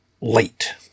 late